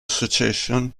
association